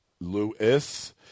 Lewis